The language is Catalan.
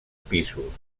pisos